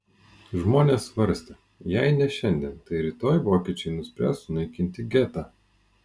žmonės svarstė jei ne šiandien tai rytoj vokiečiai nuspręs sunaikinti getą